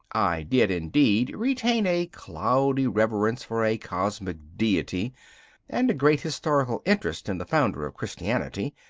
i did, indeed, retain a cloudy reverence for a cosmic deity and a great historical interest in the founder of christianity.